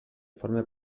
forma